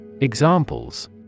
Examples